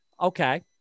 Okay